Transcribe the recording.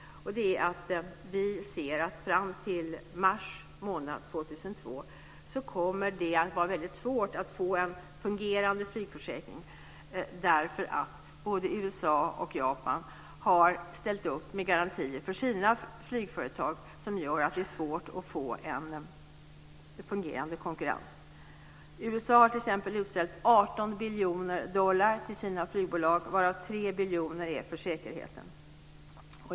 Det är att vi ser att fram till mars månad 2002 kommer det att vara väldigt svårt att få en fungerande flygförsäkring. Både USA och Japan har ställt upp med garantier för sina flygföretag, och det gör att det är svårt att få en fungerande konkurrens. USA har t.ex. utställt 18 biljoner dollar till sina flygbolag, varav 3 biljoner är för säkerheten.